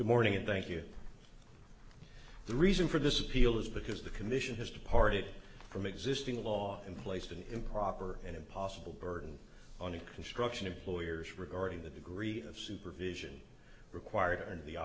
good morning and thank you the reason for this appeal is because the commission has departed from existing law and placed an improper and impossible burden on the construction employers regarding the degree of supervision required